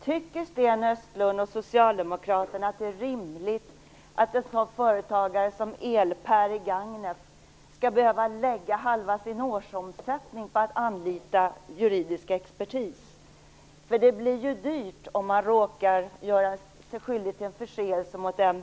Tycker Sten Östlund och socialdemokraterna att det är rimligt att ett sådant företag som EL-PER AB i Gagnef skall behöva lägga halva sin årsomsättning på att anlita juridisk expertis? Det blir ju dyrt om man råkar göra sig skyldig till en förseelse mot MBL.